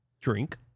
drink